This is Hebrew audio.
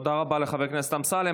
תודה רבה לחבר הכנסת אמסלם.